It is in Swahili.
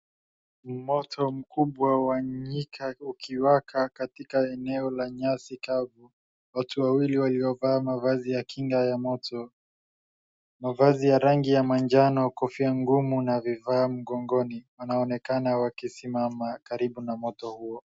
Moto mkubwa wa nyika ukiwaka katika eneo la nyasi kavu. Watu wawili waliovaa mavazi ya kinga ya moto. Mavazi ya rangi ya majano, kofia ngumu na vifaa mgongoni, wanaonekana wakisimama karibu na moto huo.